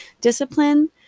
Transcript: Discipline